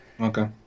Okay